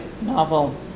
novel